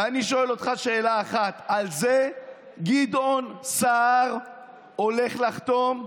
ואני שואל אותך שאלה אחת: על זה גדעון סער הולך לחתום?